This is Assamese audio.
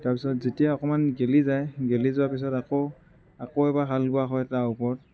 তাৰপিছত যেতিয়া অকণমান গেলি যায় গেলি যোৱাৰ পিছত আকৌ আকৌ এবাৰ হাল বোৱা হয় তাৰ ওপৰত